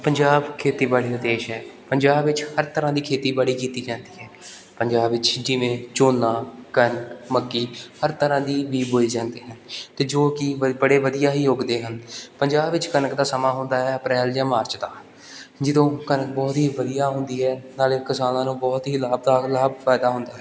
ਪੰਜਾਬ ਖੇਤੀਬਾੜੀ ਦਾ ਦੇਸ਼ ਹੈ ਪੰਜਾਬ ਵਿੱਚ ਹਰ ਤਰ੍ਹਾਂ ਦੀ ਖੇਤੀਬਾੜੀ ਕੀਤੀ ਜਾਂਦੀ ਹੈ ਪੰਜਾਬ ਵਿੱਚ ਜਿਵੇਂ ਝੋਨਾ ਕਣਕ ਮੱਕੀ ਹਰ ਤਰ੍ਹਾ ਦੀ ਬੀਜ ਬੋਏ ਜਾਂਦੇ ਹਨ ਅਤੇ ਜੋ ਕਿ ਬ ਬੜੇ ਵਧੀਆ ਹੀ ਉੱਗਦੇ ਹਨ ਪੰਜਾਬ ਵਿੱਚ ਕਣਕ ਦਾ ਸਮਾਂ ਹੁੰਦਾ ਹੈ ਅਪ੍ਰੈਲ ਜਾਂ ਮਾਰਚ ਦਾ ਜਦੋਂ ਕਣਕ ਬਹੁਤ ਹੀ ਵਧੀਆ ਹੁੰਦੀ ਹੈ ਨਾਲੇ ਕਿਸਾਨਾਂ ਨੂੰ ਬਹੁਤ ਹੀ ਲਾਭਦਾਇਕ ਲਾਭ ਫ਼ਾਇਦਾ ਹੁੰਦਾ ਹੈ